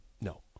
No